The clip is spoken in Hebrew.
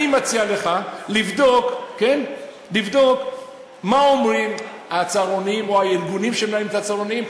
אני מציע לך לבדוק מה אומרים הצהרונים או הארגונים שמנהלים את הצהרונים,